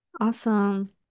Awesome